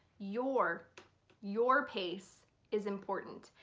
your your pace is important.